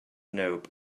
nope